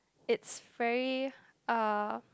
it's very uh